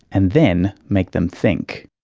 and then make them think'.